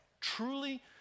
truly